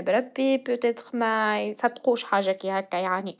الأفضل هو التفكير بطريقة موضوعية.